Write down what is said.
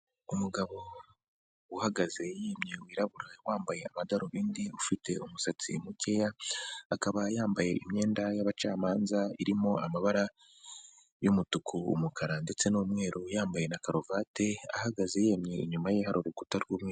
Umugabo uhagaze yemye wirabura wambaye amadarubindi ufite umusatsi mukeya, akaba yambaye imyenda y'abacamanza irimo amabara y'umutuku, umukara ndetse n'umweru, yambaye na karuvati ahagaze yemye inyuma ye hari urukuta rw'umweru.